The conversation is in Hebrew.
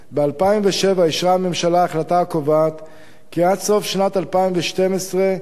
ב-2007 אישרה הממשלה החלטה הקובעת כי עד סוף שנת 2012 ייצוג